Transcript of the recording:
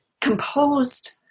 composed